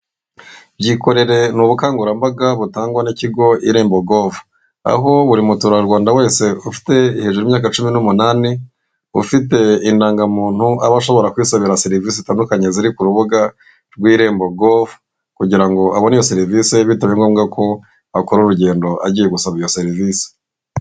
Byikorere ni ubukangurambaga butangwa n'ikigo Irembo govu, aho buri muturarwanda wese ufite hejuru y'imyaka cumi n'umunani, ufite indangamuntu aba ashobora kwisabira serivisi zitandukanye ziri ku rubuga rw'Irembo govu, kugira ngo abone iyo serivisi bitabaye ngombwa ko akora urugendo agiye gusaba iyo serivisi.